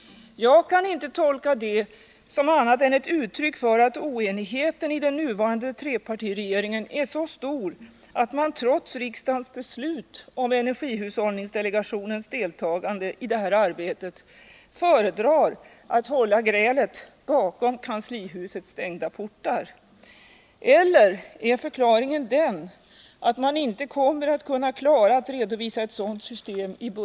Jag kan inte tolka detta annat än som ett uttryck för att oenigheten i den nuvarande trepartiregeringen är så stor att man trots riksdagens beslut om energihushållningsdelegationens deltagande i detta arbete föredrar att hålla grälet bakom kanslihusets stängda portar. Eller är förklaringen den, att man inte heller i budgetpropositionen kommer att kunna klara att redovisa ett sådant system?